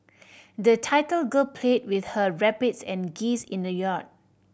the little girl played with her rabbits and geese in the yard